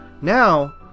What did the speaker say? now